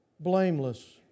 blameless